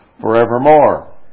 forevermore